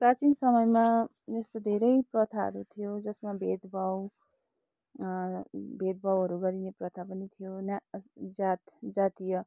प्राचीन समयमा यस्तो धेरै प्रथाहरू थियो जसमा भेदभाव भेदभावहरू गरिने प्रथा पनि थियो ना जात जातीय